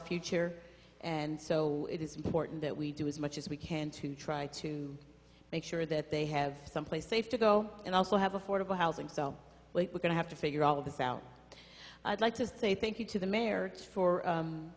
future and so it is important that we do as much as we can to try to make sure that they have someplace safe to go and also have affordable housing sell we're going to have to figure all of this out i'd like to say thank you to the marriage for